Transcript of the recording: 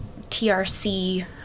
TRC